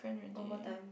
or what time